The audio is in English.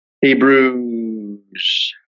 Hebrews